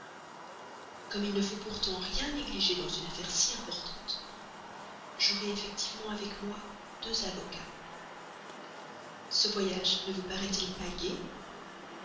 comme il ne faut pourtant rien négliger dans une affaire si importante j'aurai effectivement avec moi deux avocats ce voyage ne vous paraît-il pas gai